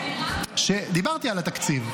דיברתי על התקציב.